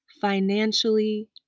Financially